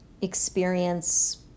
experience